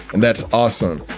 and that's awesome.